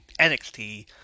NXT